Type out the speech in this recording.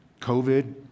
COVID